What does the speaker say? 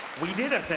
we did a